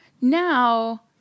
now